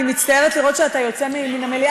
אני מצטערת לראות שאתה יוצא מהמליאה,